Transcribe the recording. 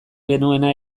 genuena